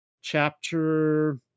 chapter